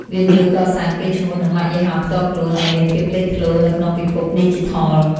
វាជួយកសាងកេរ្តិ៍ឈ្មោះ និងម៉ាកយីហោផ្ទាល់ខ្លួន ឱ្យមានភាពលេចធ្លោនៅក្នុងពិភពឌីជីថល។